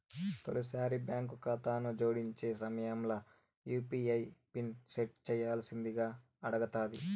తొలిసారి బాంకు కాతాను జోడించే సమయంల యూ.పీ.ఐ పిన్ సెట్ చేయ్యాల్సిందింగా అడగతాది